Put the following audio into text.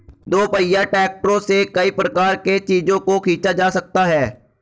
दोपहिया ट्रैक्टरों से कई प्रकार के चीजों को खींचा जा सकता है